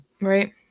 right